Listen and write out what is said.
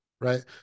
right